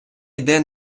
йде